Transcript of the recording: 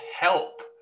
help